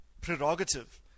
prerogative